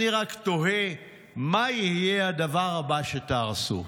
אני רק תוהה מה יהיה הדבר הבא שתהרסו.